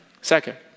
Second